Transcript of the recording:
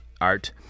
Art